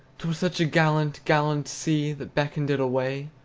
t was such a gallant, gallant sea that beckoned it away!